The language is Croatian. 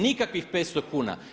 Nikakvih 500 kuna.